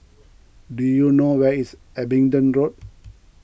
do you know where is Abingdon Road